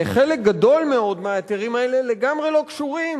חלק גדול מאוד מההיתרים האלה לגמרי לא קשורים,